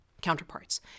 counterparts